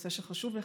נושא שחשוב לך.